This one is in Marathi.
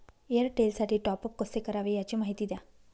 एअरटेलसाठी टॉपअप कसे करावे? याची माहिती द्या